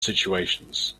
situations